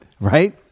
right